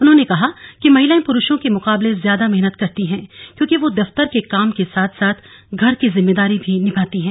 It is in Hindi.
उन्होंने कहा कि महिलाएं पुरुषों के मुकाबले ज्यादा मेहनत करती हैं क्योंकि वो दफ्तर के काम के साथ साथ घर की जिम्मेदारी भी निभाती हैं